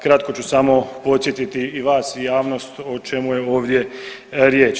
Kratko ću samo podsjetiti i vas i javnost o čemu je ovdje riječ.